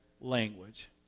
language